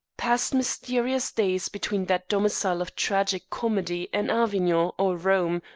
passed mysterious days between that domicile of tragic comedy and avignon or rome,